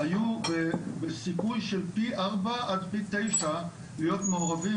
היו בסיכוי של פי ארבע עד פי תשע להיות מעורבים